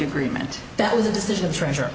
agreement that was a decision of treasure